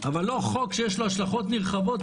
אבל לא חוק שיש לו השלכות נרחבות,